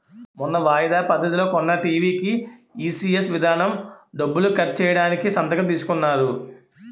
మొన్న వాయిదా పద్ధతిలో కొన్న టీ.వి కీ ఈ.సి.ఎస్ విధానం డబ్బులు కట్ చేయడానికి సంతకం తీసుకున్నారు